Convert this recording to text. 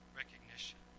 recognition